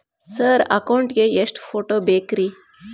Sir account ಗೇ ಎಷ್ಟು photo ಬೇಕ್ರಿ?